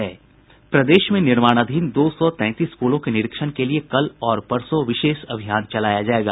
प्रदेश में निर्माणाधीन दो सौ तैंतीस पुलों के निरीक्षण के लिए कल और परसों विशेष अभियान चलाया जायेगा